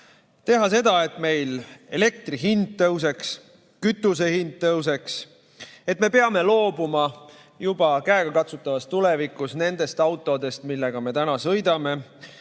teha seda, et meil elektri hind tõuseks, kütuse hind tõuseks, et me peame loobuma juba käegakatsutavas tulevikus nendest autodest, millega me täna sõidame,